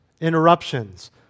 interruptions